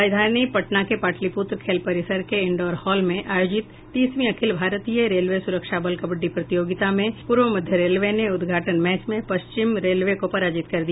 राजधानी पटना के पाटलिपुत्र खेल परिसर के इंडोर हॉल में आयोजित तीसवीं अखिल भारतीय रेलवे सुरक्षा बल कबड़डी प्रतियोगिता में पूर्व मध्य रेलवे ने उद्घाटन मैच में पश्चिम रेलवे को पराजित कर दिया